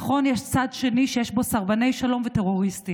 נכון, יש צד שני, שיש בו סרבני שלום וטרוריסטים.